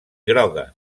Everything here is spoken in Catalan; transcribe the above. groga